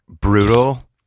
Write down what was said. brutal